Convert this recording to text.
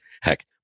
Heck